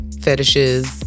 fetishes